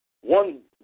one